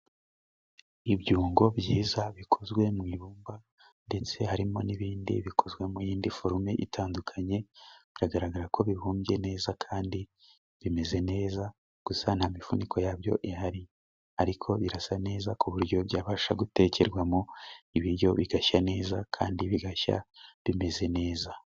Ibyungo byiza bikozwe mu ibumba ndetse harimo n'ibindi bikozwe mu yindi forume itandukanye biragaragara ko bibumbye neza kandi bimeze neza gusa nta mifuniko yabyo ihari ariko birasa neza ku buryo byabasha gutekerwamo ibiryo bigashya neza kandi bigashya bimeze neza.